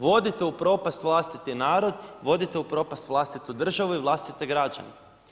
Vodite u propast vlastiti narod, vodite u propast vlastitu državu i vlastite građane.